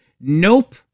Nope